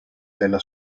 della